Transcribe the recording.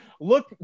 look